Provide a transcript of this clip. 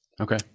Okay